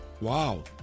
wow